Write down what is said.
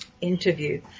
interview